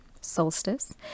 solstice